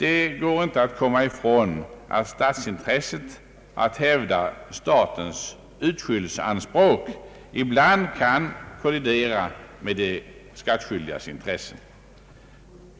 Det går inte att komma ifrån att statsintresset att hävda statens utskyldsanspråk ibland kan kollidera med de skattskyldigas intressen.